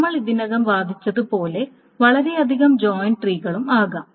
നമ്മൾ ഇതിനകം വാദിച്ചതുപോലെ വളരെയധികം ജോയിൻ ട്രീകളും ആകാം